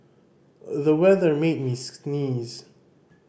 the weather made me sneeze